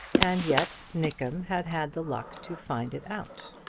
and yet nickem had had the luck to find it out.